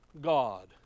God